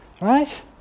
Right